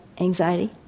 anxiety